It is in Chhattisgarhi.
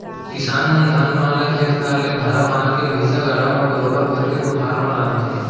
किसान मन धान पान ल खेत खार ले भारा बांध के भैंइसा गाड़ा म बरोबर भर के कोठार म लानथें